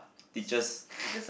teachers